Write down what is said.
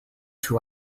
two